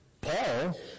Paul